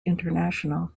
international